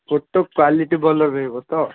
photo quality ଭଲ ରହିବ ତ